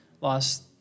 Lost